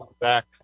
back